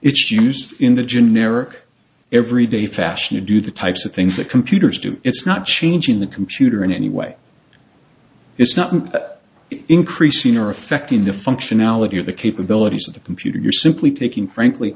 used in the generic every day fashion to do the types of things that computers do it's not changing the computer in any way it's not increasing or affecting the functionality or the capabilities of the computer you're simply taking frankly